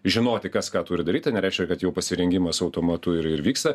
žinoti kas ką turi daryt tai nereiškia kad jau pasirengimas automatu ir ir vyksta